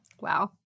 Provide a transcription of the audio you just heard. Wow